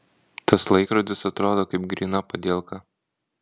tas laikrodis atrodo kaip gryna padielka